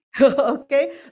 Okay